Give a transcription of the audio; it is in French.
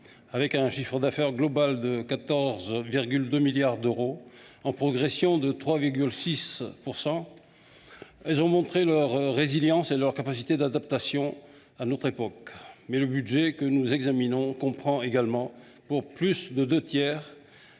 Avec un chiffre d’affaires global de 14,2 milliards d’euros, en progression de 3,6 %, ces industries ont montré leur résilience et leur capacité d’adaptation à notre époque. Le budget que nous examinons comprend également, pour plus des deux tiers,